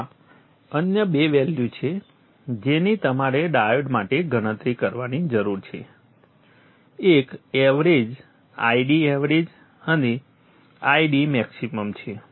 ત્યાં અન્ય બે વેલ્યુ છે જેની તમારે ડાયોડ માટે ગણતરી કરવાની જરૂર છે એક એવરેજ આઈડી એવરેજ અને Id મેક્સીમમ છે